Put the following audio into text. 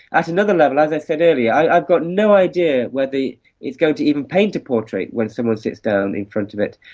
at another level, as i said earlier, i've got no idea whether it's going to even paint a portrait when someone sits down in front of it,